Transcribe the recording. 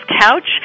Couch